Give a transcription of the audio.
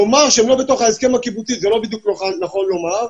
לומר שהם לא בתוך ההסכם הקיבוצי זה לא בדיוק נכון לומר.